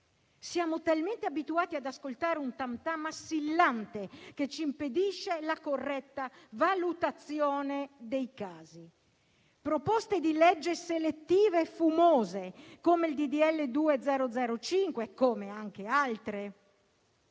Siamo così abituati ad ascoltare un tam tam assillante che ci impedisce la corretta valutazione dei casi. Proposte di legge selettive e fumose, come il disegno di legge n. 2005 e anche altre,